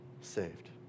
saved